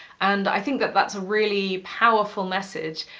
and i think that that's a really powerful message.